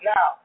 Now